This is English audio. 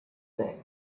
sing